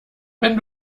wenn